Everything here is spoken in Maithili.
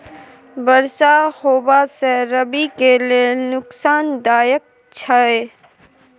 बरसा होबा से रबी के लेल नुकसानदायक छैय?